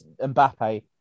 Mbappe